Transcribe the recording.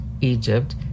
Egypt